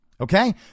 Okay